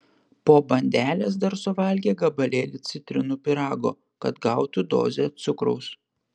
po bandelės dar suvalgė gabalėlį citrinų pyrago kad gautų dozę cukraus